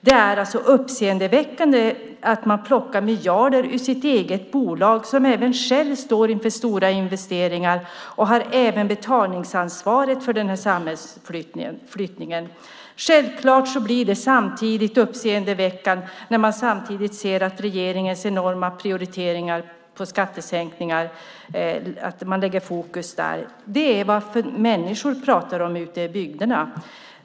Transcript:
Det är uppseendeväckande att man plockar miljarder ur sitt eget bolag, som även självt står inför stora investeringar och har betalningsansvaret för flytten av samhället. Självfallet blir det uppseendeväckande när man samtidigt ser regeringens enorma prioriteringar av skattesänkningar och att den har fokus på det. Det är vad människor pratar om ute i bygderna.